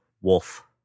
wolf